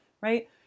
right